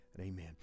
Amen